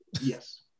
Yes